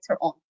on